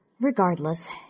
Regardless